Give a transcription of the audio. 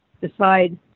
decide